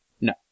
No